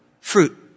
fruit